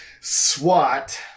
SWAT